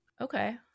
Okay